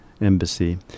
embassy